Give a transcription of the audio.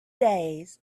days